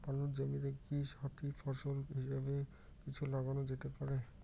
আলুর জমিতে কি সাথি ফসল হিসাবে কিছু লাগানো যেতে পারে?